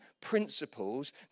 principles